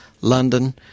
London